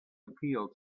appeal